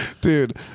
dude